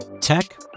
Tech